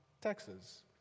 Texas